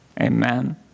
Amen